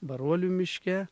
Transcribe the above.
baruolių miške